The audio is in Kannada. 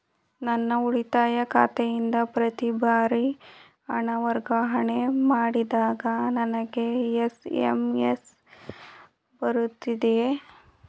ನನ್ನ ಉಳಿತಾಯ ಖಾತೆಯಿಂದ ಪ್ರತಿ ಬಾರಿ ಹಣ ವರ್ಗಾವಣೆ ಮಾಡಿದಾಗ ನನಗೆ ಎಸ್.ಎಂ.ಎಸ್ ಬರುತ್ತದೆಯೇ?